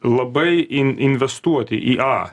labai in investuoti į a